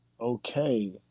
okay